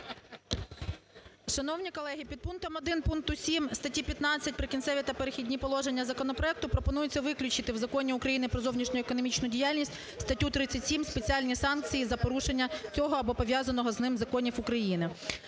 Шановні колеги, підпунктом 1 пункту 7 статті 15 "Прикінцеві та перехідні положення" законопроекту пропонується виключити у Законі України "Про зовнішньоекономічну діяльність" статтю 37 "Спеціальні санкції за порушення цього або пов'язаних з ним законів України".